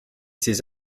ses